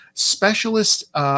Specialist